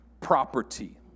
property